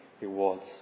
rewards